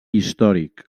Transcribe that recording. històric